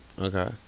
Okay